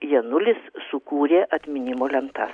janulis sukūrė atminimo lentą